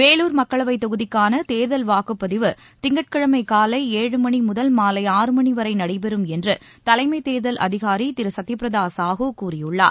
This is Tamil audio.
வேலூர் மக்களவைத் தொகுதிக்கான தேர்தல் வாக்குப்பதிவு திங்கட்கிழமை காலை ஏழு மணி முதல் மாலை ஆறு மணி வரை நடைபெறும் என்று தலைமைத் தேர்தல் அதிகாரி திரு சத்யபிரதா சாஹூ கூறியுள்ளார்